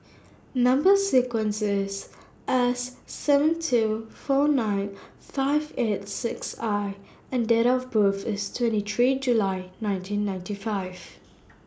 Number sequence IS S seven two four nine five eight six I and Date of birth IS twenty three July nineteen ninety five